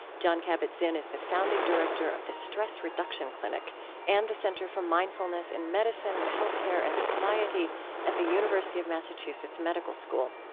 jon kabat-zinn is the founding director of the stress reduction clinic and the center for mindfulness in medicine, health care, and society at the university of massachusetts medical school.